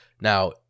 Now